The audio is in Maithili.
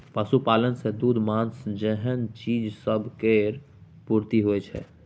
पशुपालन सँ दूध, माँस जेहन चीज सब केर पूर्ति होइ छै